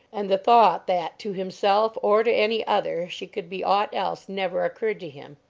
and the thought that to himself, or to any other, she could be aught else never occurred to him.